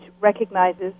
recognizes